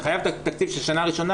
אתה חייב את התקציב של שנה ראשונה,